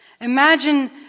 Imagine